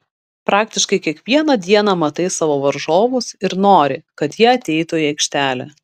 praktiškai kiekvieną dieną matai savo varžovus ir nori kad jie ateitų į aikštelę